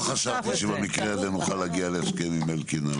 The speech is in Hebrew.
לא חשבתי שבמקרה הזה נוכל להגיע להסכם עם אלקין.